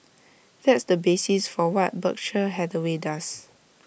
that's the basis for what Berkshire Hathaway does